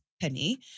penny